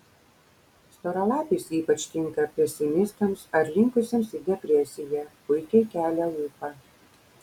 storalapis ypač tinka pesimistams ar linkusiems į depresiją puikiai kelia ūpą